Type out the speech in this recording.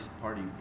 party